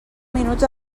minuts